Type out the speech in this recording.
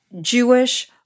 Jewish